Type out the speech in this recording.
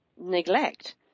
neglect